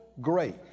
great